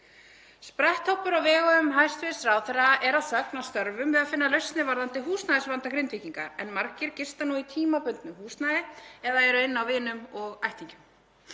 Spretthópur á vegum hæstv. ráðherra er að sögn að störfum við að finna lausnir varðandi húsnæðisvanda Grindvíkinga, en margir gista í tímabundnu húsnæði eða eru inni á vinum og ættingjum,